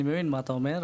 אני מבין מה אתה אומר.